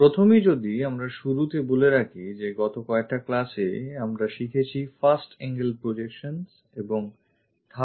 প্রথমেই যদি আমরা শুরুতে বলে রাখি যে গত কয়েকটা classএ আমরা শিখেছি first angle projections এবং third angle projections